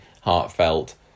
heartfelt